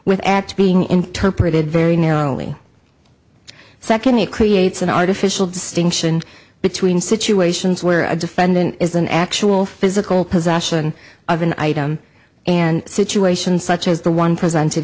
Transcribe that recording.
act being interpreted very narrowly secondly it creates an artificial distinction between situations where a defendant is an actual physical possession of an item and situation such as the one presented